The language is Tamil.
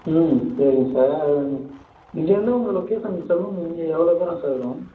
ம் சரிங்க சார் இங்கேயிருந்து உங்கள் லொக்கேசன் சலூன் இங்கே எவ்வளோ தூரம் சார் இருக்கும்